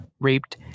Raped